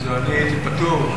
אז אני הייתי פטור,